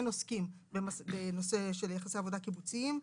עוסקים בנושא של יחסי עבודה קיבוציים.